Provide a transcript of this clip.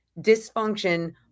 dysfunction